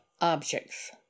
objects